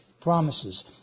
promises